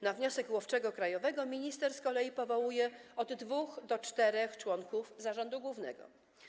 Na wniosek łowczego krajowego minister z kolei powołuje od dwóch do czterech członków zarządu głównego.